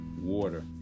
water